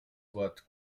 wort